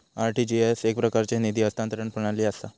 RTGS एकप्रकारची निधी हस्तांतरण प्रणाली असा